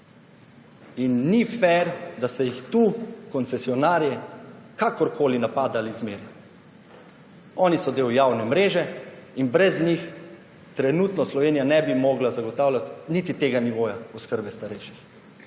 In ni fer, da se tu koncesionarje kakorkoli napada ali zmerja. Oni so del javne mreže in brez njih trenutno Slovenija ne bi mogla zagotavljati niti tega nivoja oskrbe starejših.